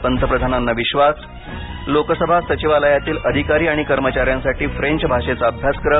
पंतप्रधानांना विश्वास लोकसभा सचिवालयातील अधिकारी आणि कर्मचाऱ्यांसाठी फ्रेंच भाषेचा अभ्यासक्रम